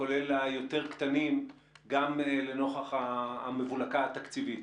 כולל היותר קטנים, גם לנוכח המבולקה התקציבית.